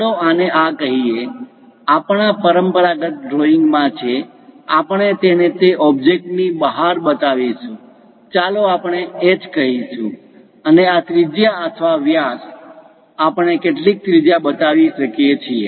ચાલો આને આ કહીએ આપણા પરંપરાગત ડ્રોઈંગ માં છે આપણે તેને તે ઓબ્જેક્ટ ની બહાર બતાવીશું ચાલો આપણે H કહીશું અને આ ત્રિજ્યા અથવા વ્યાસ આપણે કેટલીક ત્રિજ્યા બતાવી શકીએ છીએ